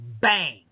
bang